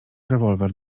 rewolwer